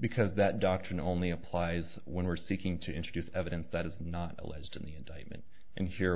because that doctrine only applies when we're seeking to introduce evidence that is not alleged in the indictment and